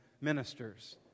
ministers